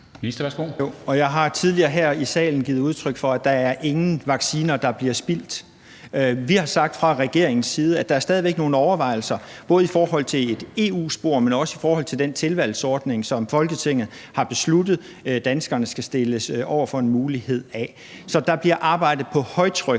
Jeg har tidligere her i salen givet udtryk for, at der ikke er nogen vacciner, som bliver spildt. Vi har fra regeringens side sagt, at der stadig væk er nogle overvejelser både i forhold til et EU-spor, men også i forhold til den tilvalgsordning, som Folketinget har besluttet, altså at danskerne skal stilles over for den mulighed. Så der bliver arbejdet på højtryk,